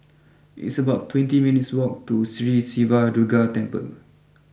it's about twenty minutes walk to Sri Siva Durga Temple